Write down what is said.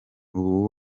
ubu